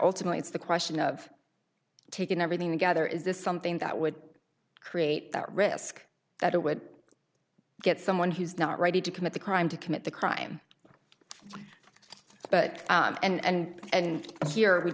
ultimately it's the question of taking everything together is this something that would create that risk that it would get someone who's not ready to commit the crime to commit the crime but and